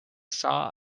saw